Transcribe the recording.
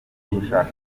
gushaka